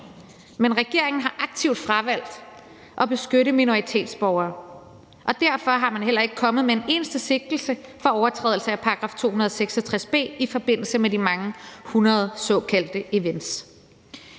Men regeringen har aktivt fravalgt at beskytte minoritetsborgere, og derfor er man heller ikke kommet med en eneste sigtelse for overtrædelse af § 266 b i forbindelse med de mange hundrede såkaldte events.